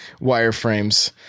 wireframes